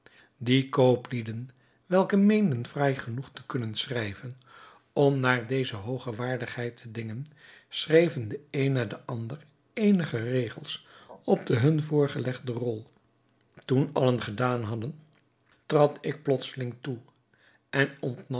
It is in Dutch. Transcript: die kooplieden welke meenden fraai genoeg te kunnen schrijven om naar deze hooge waardigheid te dingen schreven de een na den ander eenige regels op de hun voorgelegde rol toen allen gedaan hadden trad ik plotseling toe en